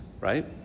right